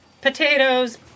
Potatoes